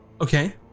Okay